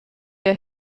der